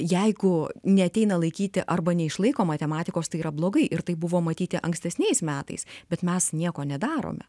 jeigu neateina laikyti arba neišlaiko matematikos tai yra blogai ir tai buvo matyti ankstesniais metais bet mes nieko nedarome